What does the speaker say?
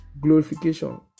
glorification